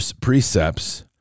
precepts